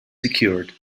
secured